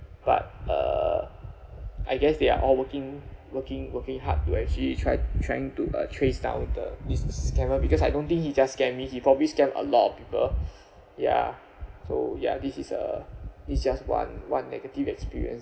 but uh I guess they are all working working working hard to actually tried trying to uh traced out the this scammer because I don't think he just scam me he probably scam a lot of people ya so ya this is uh this is just one one negative experience